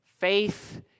Faith